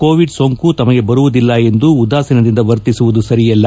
Covid ಸೋಂಕು ತಮಗೆ ಬರುವುದಿಲ್ಲ ಎಂದು ಉದಾಸೀನದಿಂದ ವರ್ತಿಸುವುದು ಸರಿಯಲ್ಲ